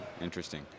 interesting